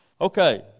okay